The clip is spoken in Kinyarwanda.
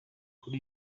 kuri